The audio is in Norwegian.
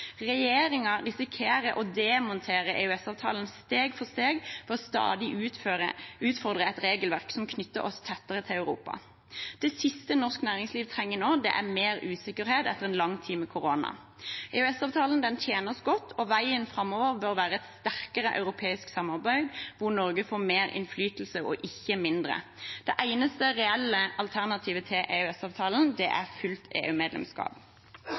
risikerer å demontere EØS-avtalen steg for steg ved stadig å utfordre et regelverk som knytter oss tettere til Europa. Det siste norsk næringsliv trenger nå, er mer usikkerhet, etter en lang tid med korona. EØS-avtalen tjener oss godt, og veien framover bør være et sterkere europeisk samarbeid hvor Norge får mer innflytelse og ikke mindre. Det eneste reelle alternativet til EØS-avtalen er fullt